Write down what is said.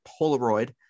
Polaroid